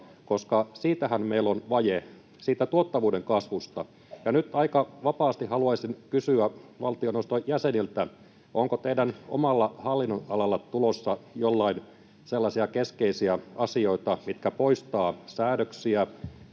kasvustahan meillä on vaje. Nyt aika vapaasti haluaisin kysyä valtioneuvoston jäseniltä, onko jollain teidän omalla hallinnonalalla tulossa sellaisia keskeisiä asioita, mitkä poistavat säädöksiä,